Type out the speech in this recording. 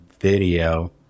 video